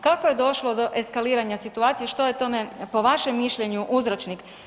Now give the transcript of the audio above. Kako je došlo do eskaliranja situacije, što je tome po vašem mišljenju uzročnik?